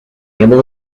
able